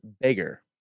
bigger